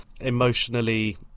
emotionally